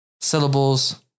syllables